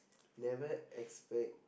never expect